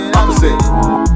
opposite